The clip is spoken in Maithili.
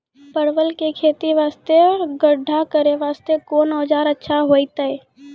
परवल के खेती वास्ते गड्ढा करे वास्ते कोंन औजार अच्छा होइतै?